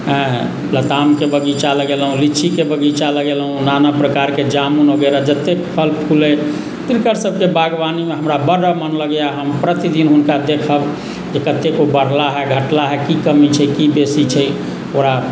हँ लतामके बगीचा लगेलहुँ लीचीके बगीचा लगेलहुँ नाना प्रकारके जामुन वगैरह जतेक फल फूल अइ तिनकर सभके बागवानीमे हमरा बड्ड मन लगैए हम प्रतिदिन हुनका देखब जे कतेक ओ बढ़लाह हे घटलाह हे की कमी छै की बेसी छै पूरा